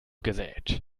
gesät